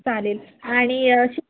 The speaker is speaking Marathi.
चालेल आणि श